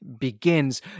begins